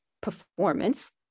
performance